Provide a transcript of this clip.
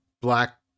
black